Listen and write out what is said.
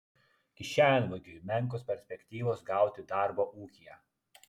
kišenvagiui menkos perspektyvos gauti darbo ūkyje